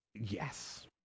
yes